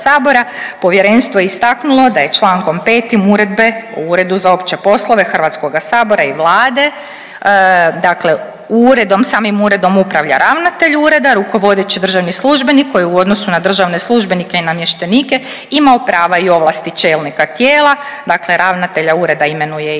povjerenstvo je istaknulo da je Člankom 5. uredbe u Uredu za opće poslove Hrvatskoga sabora i Vlade, dakle uredom, samim uredom upravlja ravnatelj ureda, rukovodeći državni službenik koji u odnosu na državne službenike i namještenike imao prava i ovlasti čelnika tijela. Dakle, ravnatelja ureda imenuje i